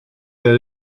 that